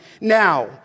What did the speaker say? Now